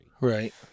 right